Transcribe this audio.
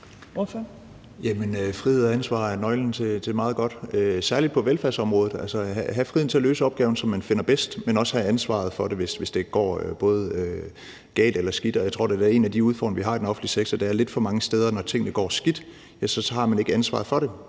frihed og ansvar er nøglen til meget godt, særlig på velfærdsområdet. Altså, det at have friheden til at løse opgaven, som man finder det bedst, men også at have ansvaret for det, hvad enten det går galt eller skidt, tror jeg da er en af de udfordringer, vi har i den offentlige sektor. Der er lidt for mange steder, når tingene går skidt, hvor man så ikke tager ansvaret for det.